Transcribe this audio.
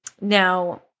Now